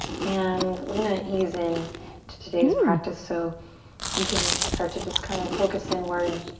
and we're gonna ease in to today's practice so you can start to just kind of focus inward